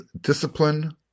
discipline